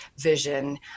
vision